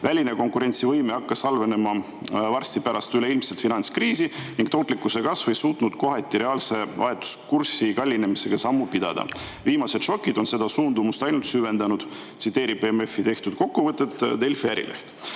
Väline konkurentsivõime hakkas halvenema varsti pärast üleilmset finantskriisi ning tootlikkuse kasv ei suutnud kohati reaalse vahetuskursi kallinemisega sammu pidada. Viimased šokid on seda suundumust ainult süvendanud," tsiteerib Delfi Ärileht